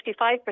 55%